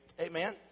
Amen